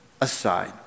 aside